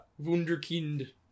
Wunderkind